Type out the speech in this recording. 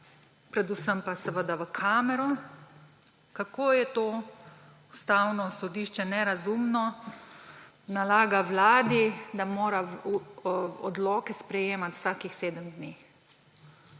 predvsem pa v kamero, kako je to Ustavno sodišče nerazumno, nalaga vladi, da mora odloke sprejemati vsakih sedem dni.